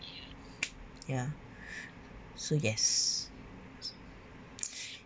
ya so yes